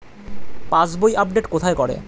পাসবই update কোথায় করে?